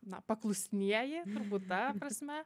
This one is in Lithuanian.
na paklusnieji turbūt ta prasme